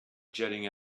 jetting